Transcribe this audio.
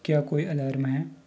क्या कोई अलार्म है